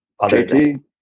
JT